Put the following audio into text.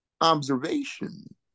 observation